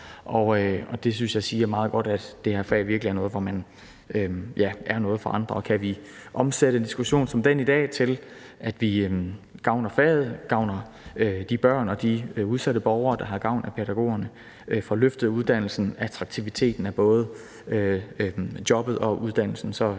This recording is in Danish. Det synes jeg siger meget godt, at det her fag virkelig er noget, hvor man er noget for andre, og kan vi omsætte en diskussion som den i dag til, at vi gavner faget og gavner de børn og de udsatte borgere, der har gavn af pædagogerne, og får løftet uddannelsen og attraktiviteten af både jobbet og uddannelsen,